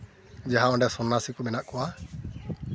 ᱡᱟᱦᱟᱸ ᱚᱸᱰᱮ ᱥᱚᱱᱱᱟᱥᱤ ᱠᱚ ᱢᱮᱱᱟᱜ ᱠᱚᱣᱟ